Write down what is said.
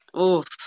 Oof